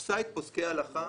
תפס את פוסקי ההלכה